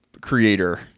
creator